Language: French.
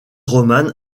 romane